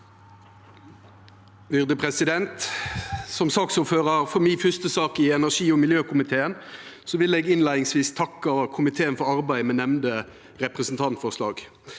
Som saksordførar for mi fyrste sak i energi- og miljøkomiteen vil eg innleiingsvis takka komiteen for arbeidet med nemnde representantforslag.